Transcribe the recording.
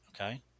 okay